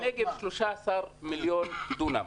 הנגב הוא 13 מיליון דונם.